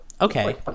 okay